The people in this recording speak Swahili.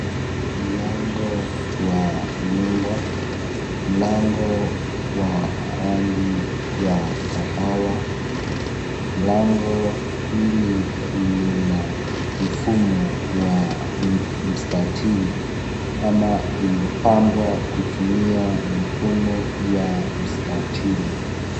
Mlango wa nyumba. Mlango wa rangi ya kahawa. Mlango hili lina mfumo wa mstatili ama imepambwa kutumia mifumo ya mstatili.